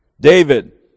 David